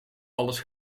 alles